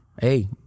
Hey